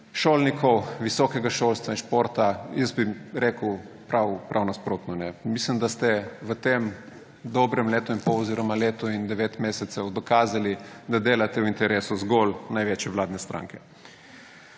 šolnikov, visokega šolstva in športa. Jaz bi rekel prav nasprotno. Mislim, da ste v tem dobrem letu in pol oziroma letu in devetih mesecih dokazali, da delate v interesu zgolj največje vladne stranke.